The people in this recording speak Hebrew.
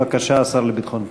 בבקשה, השר לביטחון פנים.